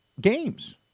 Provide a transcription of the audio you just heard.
games